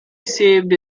saved